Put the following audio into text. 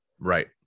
right